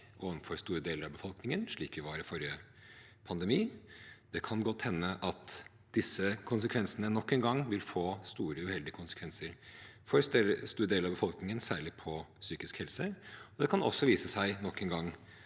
overfor store deler av befolkningen, slik vi gjorde under forrige pandemi. Det kan godt hende at disse tiltakene nok en gang vil få store, uheldige konsekvenser for store deler av befolkningen, særlig med hensyn til psykisk helse, og det kan også nok en gang